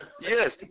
Yes